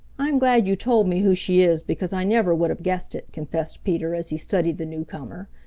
i'm glad you told me who she is because i never would have guessed it, confessed peter as he studied the newcomer.